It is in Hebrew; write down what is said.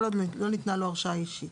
כל עוד לא ניתנה לו הרשאה אישית.